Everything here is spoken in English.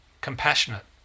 compassionate